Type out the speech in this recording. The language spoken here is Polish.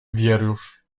wierusz